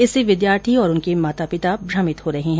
इससे विद्यार्थी और उनके माता पिता भ्रमित हो रहे हैं